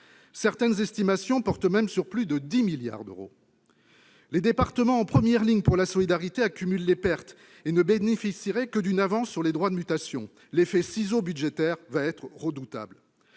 Certaines estimations dépassent même les 10 milliards d'euros. Les départements, en première ligne pour la solidarité, accumulent les pertes, mais ils ne bénéficieraient que d'une avance sur les droits de mutation : l'effet de ciseaux budgétaire promet d'être redoutable.